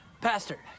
Pastor